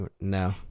No